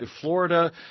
Florida